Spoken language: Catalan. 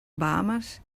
bahames